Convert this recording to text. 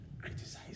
criticize